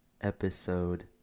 episode